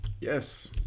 yes